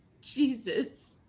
Jesus